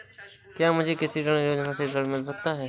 क्या मुझे कृषि ऋण योजना से ऋण मिल सकता है?